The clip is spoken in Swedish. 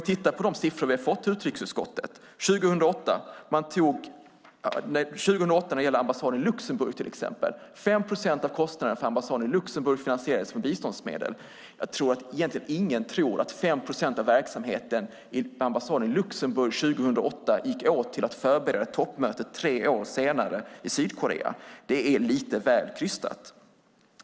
Enligt de siffror vi har fått i utrikesutskottet finansierades till exempel 5 procent av kostnaderna för ambassaden i Luxemburg med biståndsmedel 2008. Det är väl knappast någon som tror att 5 procent av verksamheten vid ambassaden i Luxemburg 2008 gick åt till att förbereda toppmötet tre år senare i Sydkorea. Det är lite väl krystat.